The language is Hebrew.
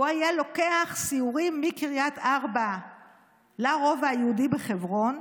הוא היה לוקח סיורים מקריית ארבע לרובע היהודי בחברון,